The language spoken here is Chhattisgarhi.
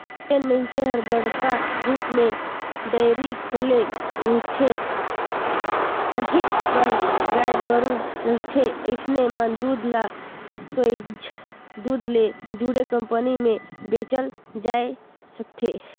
जेन मइनसे हर बड़का रुप म डेयरी खोले रिथे, काहेच कन गाय गोरु रखथे अइसन मन दूद ल सोयझ दूद ले जुड़े कंपनी में बेचल जाय सकथे